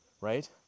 right